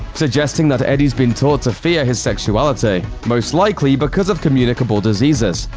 suggesting that eddie's been taught to fear his sexuality, most likely because of communicable diseases.